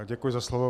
Děkuji za slovo.